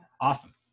Awesome